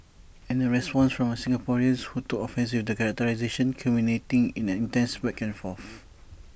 and A response from A Singaporean who took offence with that characterisation culminating in an intense back and forth